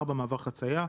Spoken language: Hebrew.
מעבר חצייה,"